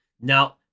Now